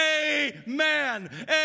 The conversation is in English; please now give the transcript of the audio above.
amen